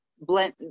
blend